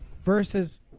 versus